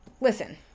listen